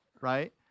right